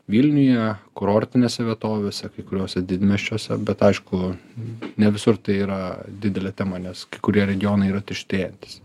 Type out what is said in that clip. vilniuje kurortinėse vietovėse kai kuriuose didmiesčiuose bet aišku ne visur tai yra didelė tema nes kai kurie regionai yra tuštėjantys